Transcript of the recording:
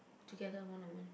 together one on one